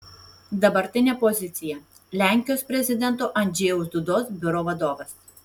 dabartinė pozicija lenkijos prezidento andžejaus dudos biuro vadovas